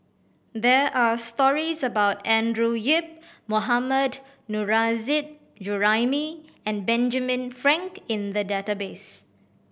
there are stories about Andrew Yip Mohammad Nurrasyid Juraimi and Benjamin Frank in the database